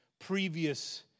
previous